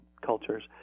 cultures